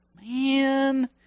Man